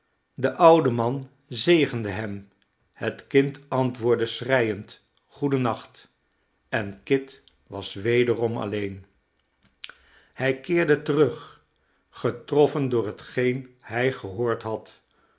de oude man zegende hem het kind antwoordde schreiend goeden nacht en kit was wederom alleen hij keerde terug getroffen door hetgeen hij gehoord had